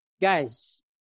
guys